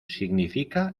significa